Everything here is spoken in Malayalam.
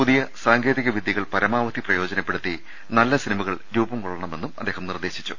പുതിയ സാങ്കേ തികവിദൃകൾ പരമാവധി പ്രയോജനപ്പെടുത്തി നല്ല സിനിമകൾ രൂപംകൊ ള്ളണമെന്നും അദ്ദേഹം നിർദ്ദേശിച്ചു